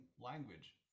language